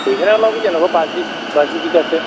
गैथाराब्लाबो जेन'बा बाजि बाजि बिघासो